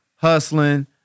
Hustling